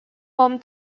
home